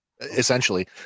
Essentially